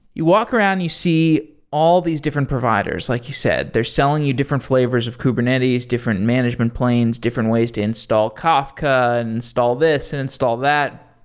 you walk around and you see all these different providers, like you said. they're selling you different flavors of kubernetes, different management planes, different ways to install kafka and install this and install that,